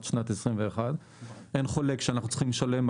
שנת 2021. אין חולק שאנחנו צריכים לשלם אגרות,